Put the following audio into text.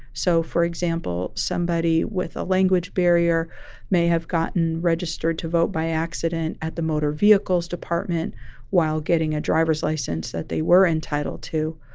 so, for example, somebody with a language barrier may have gotten registered to vote by accident at the motor vehicles department while getting a driver's license that they were entitled to,